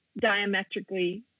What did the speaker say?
diametrically